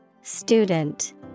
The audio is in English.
Student